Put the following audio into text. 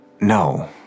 No